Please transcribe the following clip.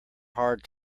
hard